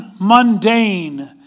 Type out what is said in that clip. mundane